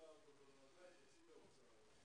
בוקר טוב.